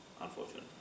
unfortunately